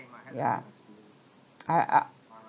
yeah I I